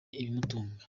ibimutunga